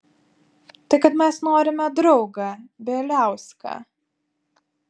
tai kad mes norime draugą bieliauską